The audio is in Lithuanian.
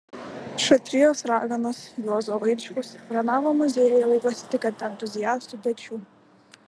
šatrijos raganos juozo vaičkaus renavo muziejai laikosi tik ant entuziastų pečių